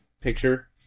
picture